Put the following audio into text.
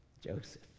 Joseph